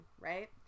right